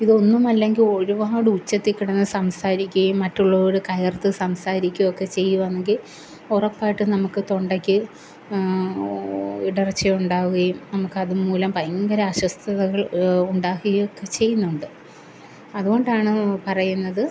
ഇതൊന്നുമല്ലെങ്കിൽ ഒരുപാടുച്ചത്തിൽ കിടന്ന് സംസാരിക്കുകയും മറ്റുള്ളവർ കയർത്ത് സംസാരിക്കുകയൊക്കെ ചെയ്യുകയാണെങ്കിൽ ഉറപ്പായിട്ടും നമുക്ക് തൊണ്ടയ്ക്ക് ഓ ഇടർച്ച ഉണ്ടാവുകയും നമുക്കത് മൂലം ഭയങ്കര അസ്വസ്ഥതകൾ ഉണ്ടാവുകയൊക്കെ ചെയ്യുന്നുണ്ട് അതുകൊണ്ടാണ് പറയുന്നത്